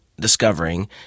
discovering